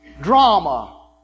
drama